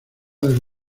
del